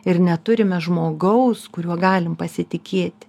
ir neturime žmogaus kuriuo galim pasitikėti